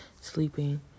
sleeping